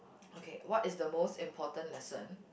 okay what is the most important lesson